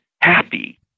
happy